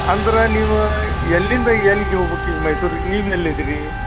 ಅಂದ್ರ ನೀವು ಎಲ್ಲಿಂದ ಎಲ್ಗೇ ಹೊಗ್ಬೇಕು ಈಗ ಮೈಸೂರಿಗೆ ನೀವು ಎಲ್ಲಿ ಇದ್ದೀರಿ